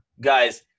guys